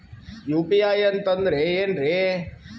UPI ಅಂತಂದ್ರೆ ಏನ್ರೀ?